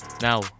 Now